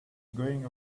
going